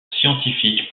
scientifique